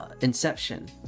inception